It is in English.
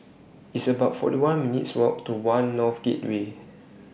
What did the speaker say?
It's about forty one minutes' Walk to one North Gateway